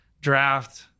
draft